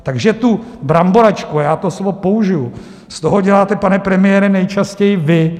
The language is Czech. Takže tu bramboračku a já to slovo použiji z toho děláte, pane premiére, nejčastěji vy.